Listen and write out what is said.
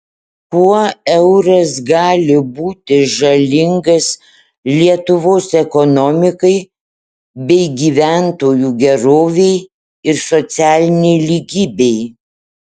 kuo euras gali būti žalingas lietuvos ekonomikai bei gyventojų gerovei ir socialinei lygybei